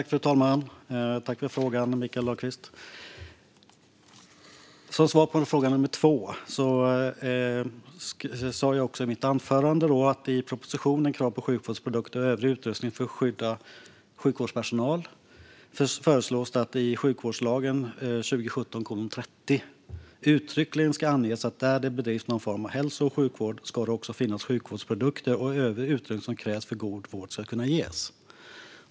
Fru talman! Tack, Mikael Dahlqvist, för frågan! Som svar på fråga nummer två finns det, som jag också sa i mitt anförande, i propositionen krav på sjukvårdsprodukter och övrig utrustning för att skydda sjukvårdspersonal. Det föreslås att det i sjukvårdslagen 2017:30 uttryckligen ska anges att där det bedrivs någon form av hälso och sjukvård ska det också finnas sjukvårdsprodukter och övrig utrustning som krävs för att god vård ska kunna ges.